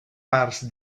parts